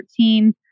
2013